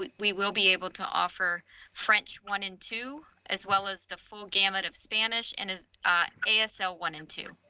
we we will be able to offer french one and two as well as the full gamut of spanish and is a asl ah so one and two.